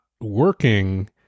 working